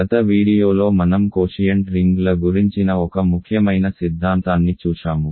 గత వీడియోలో మనం కోషియంట్ రింగ్ల గురించిన ఒక ముఖ్యమైన సిద్ధాంతాన్ని చూశాము